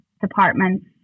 departments